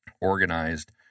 organized